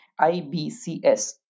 IBCS